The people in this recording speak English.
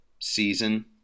season